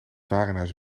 warenhuis